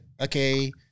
okay